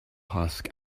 husk